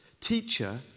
teacher